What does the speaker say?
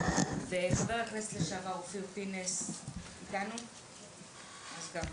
אופיר פינס-פז בבקשה.